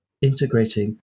integrating